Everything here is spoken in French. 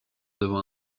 devant